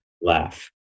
laugh